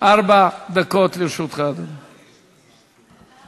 ארבע דקות לרשותך, אדוני.